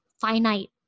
finite